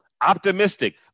Optimistic